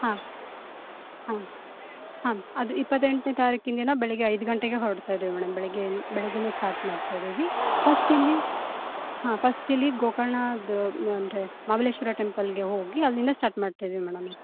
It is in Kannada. ಹಾಂ ಹಾಂ ಹಾಂ ಅದು ಇಪ್ಪತ್ತೆಂಟನೇ ತಾರೀಕಿನ ದಿನ ಬೆಳಗ್ಗೆ ಐದು ಗಂಟೆಗೆ ಹೊರಡ್ತಾ ಇದೀವಿ ಮೇಡಮ್ ಬೆಳಗ್ಗೆ ಬೆಳಗ್ಗೆಯೇ ಸ್ಟಾರ್ಟ್ ಮಾಡ್ತ ಇದ್ದೀವಿ ಫಸ್ಟ್ ಇಲ್ಲಿ ಹಾಂ ಫಸ್ಟ್ ಇಲ್ಲಿ ಗೋಕರ್ಣದ ಅಂದರೆ ಮಹಾಬಲೇಶ್ವರ ಟೆಂಪಲ್ಲಿಗೆ ಹೋಗಿ ಅಲ್ಲಿಂದ ಸ್ಟಾರ್ಟ್ ಮಾಡ್ತ ಇದೀವಿ ಮೇಡಮ್